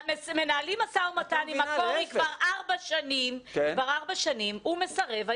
מנהלים משא ומתן עם מקורי כבר 4 שנים והוא מסרב.